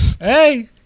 Hey